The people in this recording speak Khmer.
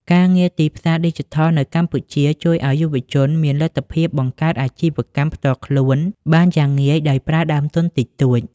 ការងារទីផ្សារឌីជីថលនៅកម្ពុជាជួយឱ្យយុវជនមានលទ្ធភាពបង្កើតអាជីវកម្មផ្ទាល់ខ្លួនបានយ៉ាងងាយស្រួលដោយប្រើដើមទុនតិចតួច។